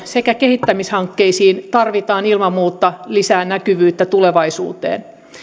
sekä kehittämishankkeisiin tarvitaan ilman muuta lisää näkyvyyttä tulevaisuuteen